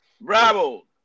Bravo